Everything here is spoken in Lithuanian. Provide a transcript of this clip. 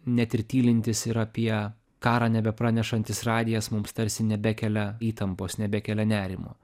net ir tylintis ir apie karą nebepranešantis radijas mums tarsi nebekelia įtampos nebekelia nerimo